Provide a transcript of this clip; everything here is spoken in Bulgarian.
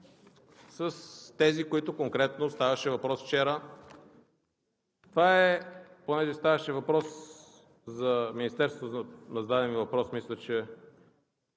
с тези, за които конкретно ставаше въпрос вчера. Понеже ставаше въпрос за Министерството, зададе ми въпрос, мисля, че